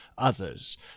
Others